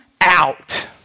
out